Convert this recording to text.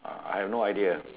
I I have no idea